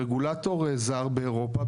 ברגולטור זר באירופה,